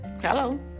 Hello